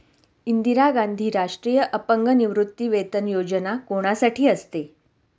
इंदिरा गांधी राष्ट्रीय अपंग निवृत्तीवेतन योजना कोणासाठी असते?